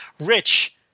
Rich